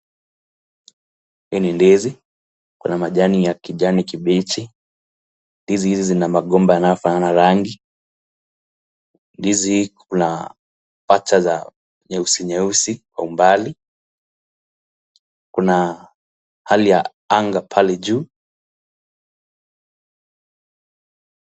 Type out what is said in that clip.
Hii ni ndizi. Kuna majani ya kijani kibichi. Ndizi hizi zina magomba yanayo fanana rangi. Ndizi kuna pacha za nyeusi nyeusi kwa umbali. Kuna hali ya anga pale juu.